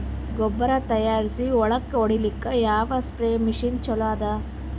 ಗೊಬ್ಬರ ತಯಾರಿಸಿ ಹೊಳ್ಳಕ ಹೊಡೇಲ್ಲಿಕ ಯಾವ ಸ್ಪ್ರಯ್ ಮಷಿನ್ ಚಲೋ ಅದ?